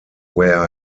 where